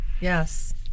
Yes